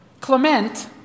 Clement